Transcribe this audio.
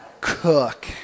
Cook